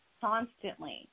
constantly